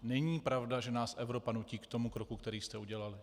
Není pravda, že nás Evropa nutí k tomu kroku, který jste udělali.